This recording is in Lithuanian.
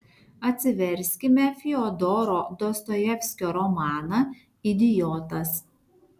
atsiverskime fiodoro dostojevskio romaną idiotas